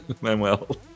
Manuel